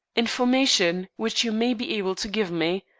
information which you may be able to give me.